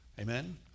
Amen